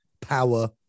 Power